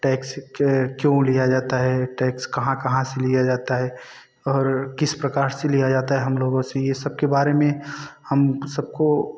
tax क्यों लिया जाता है टैक्स कहाँ कहाँ से लिया जाता है और किस प्रकार से लिया जाता है हम लोगों से यह सब के बारे में हम सबको